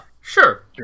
Sure